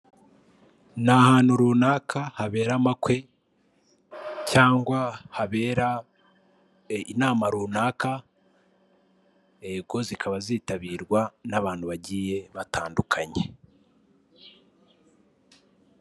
Ni ahantu runaka, habera amakwe cyangwa habera inama runaka, yego zikaba zitabirwa n'abantu bagiye batandukanye.